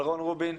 על רון רובין,